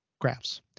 graphs